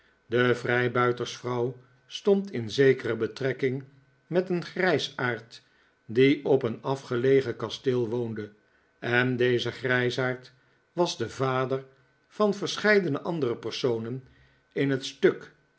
de vrijbuiters vrouw stond in zekere betrekking met een grijsaard die op een afgelegen kasteel woonde en deze grijsaard was de vader van verscheidene andere personen in het stuk